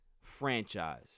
franchise